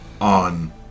on